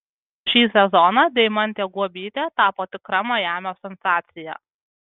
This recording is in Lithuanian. šį sezoną deimantė guobytė tapo tikra majamio sensacija